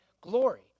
glory